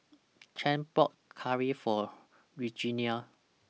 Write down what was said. Chante bought Curry For Regenia